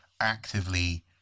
actively